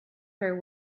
her